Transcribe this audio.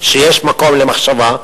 שיש מקום למחשבה,